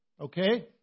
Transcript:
Okay